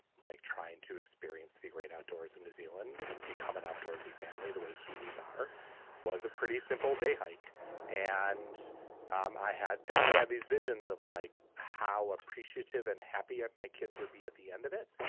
like trying to experience the great outdoors from new zealand and become an outdoorsy family the way kiwis are was a pretty simple day hike and um i had definitely had these visions of like how appreciative and happy my kids would be at the end of it.